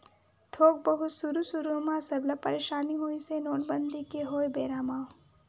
थोक बहुत सुरु सुरु म सबला परसानी होइस हे नोटबंदी के होय बेरा म